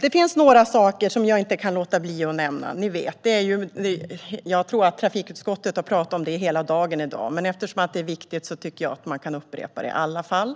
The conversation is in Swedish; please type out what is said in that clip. Det finns några saker som jag inte kan låta bli att nämna. Trafikutskottet har nog talat om dem hela dagen i dag. Men eftersom det är viktigt tycker jag att man kan upprepa det i alla fall.